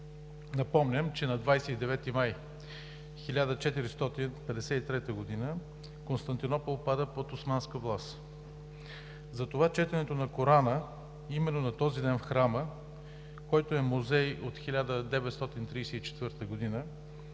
Напомням, че на 29 май 1453 г. Константинопол пада под османска власт. Затова четенето на Корана именно на този ден в храма, който е музей от 1934 г.,